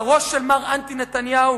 והראש של מר אנטי נתניהו